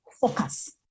focus